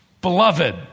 beloved